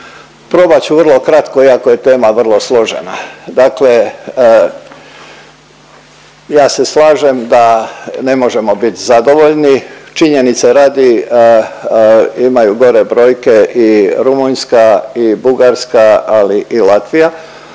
Probat ću vrlo kratko iako je tema vrlo složena. Dakle ja se slažem da ne možemo bit zadovoljni. Činjenice radi, imaju gore brojke i Rumunjska i Bugarska, ali i Latvija,